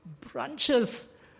branches